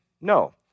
No